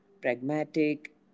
pragmatic